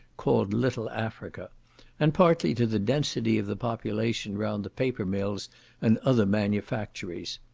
called little africa and partly to the density of the population round the paper-mills and other manufactories.